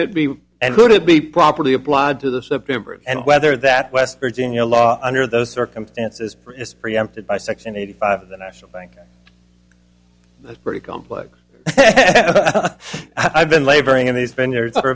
it be and could it be properly applied to the september and whether that west virginia law under those circumstances is preempted by section eighty five of the national bank that's pretty complex i've been laboring and he's been there for